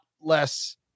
less –